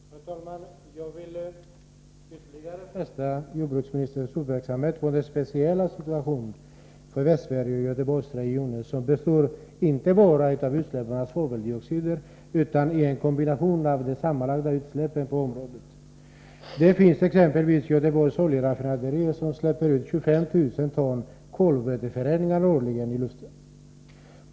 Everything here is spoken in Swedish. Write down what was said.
Herr talman! Jag vill ytterligare fästa jordbruksministerns uppmärksamhet på den speciella situation som råder i Västsverige och Göteborgsregionen. Där förekommer inte bara utsläpp av svaveldioxider utan även en kombination av utsläpp. Göteborgs Oljeraffinaderier exempelvis släpper årligen ut 25 000 ton kolväteföreningar i luften.